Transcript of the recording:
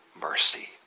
mercy